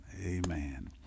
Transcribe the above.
Amen